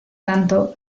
tanto